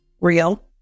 real